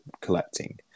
collecting